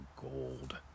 gold